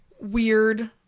weird